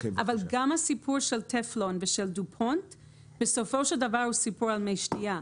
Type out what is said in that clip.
גם הסיפור של טלפון ושל דופונט הוא בסופו של דבר סיפור על מי שתייה.